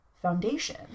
foundation